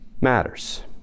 matters